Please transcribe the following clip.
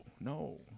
no